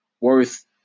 worth